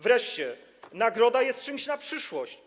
Wreszcie: nagroda jest czymś na przyszłość.